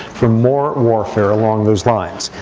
for more warfare along those lines.